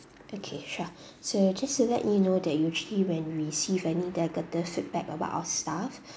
okay sure so just to let me know that usually when receive any negative feedback about our staff